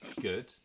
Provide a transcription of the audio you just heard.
Good